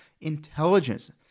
intelligence